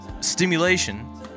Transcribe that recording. stimulation